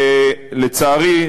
ולצערי,